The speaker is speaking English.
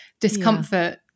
discomfort